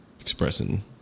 expressing